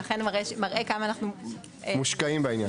לכן, מראה כמה אנחנו --- מושקעים בעניין.